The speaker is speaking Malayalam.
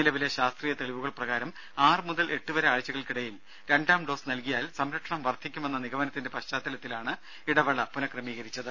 നിലവിലെ ശാസ്ത്രീയ തെളിവുകൾ പ്രകാരം ആറ് മുതൽ എട്ടുവരെ ആഴ്ചകൾക്കിടയിൽ രണ്ടാം ഡോസ് നൽകിയാൽ സംരക്ഷണം വർധിക്കുമെന്ന നിഗമനത്തിന്റെ പശ്ചാത്തലത്തിലാണ് ഇടവേള പുനക്രമീകരിച്ചത്